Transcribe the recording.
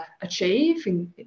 achieve